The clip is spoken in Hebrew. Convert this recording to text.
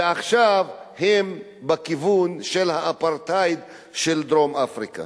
ועכשיו הם בכיוון של האפרטהייד של דרום-אפריקה.